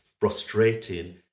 frustrating